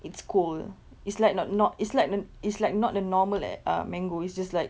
it's cold it's like no~ not it's like th~ it's like not the normal eh err mango is just like